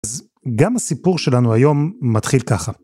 אז גם הסיפור שלנו היום מתחיל ככה.